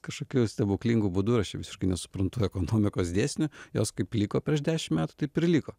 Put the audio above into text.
kažkokiu stebuklingu būdu aš čia visiškai nesuprantu ekonomikos dėsnių jos kaip liko prieš dešimt metų taip ir liko